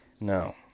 No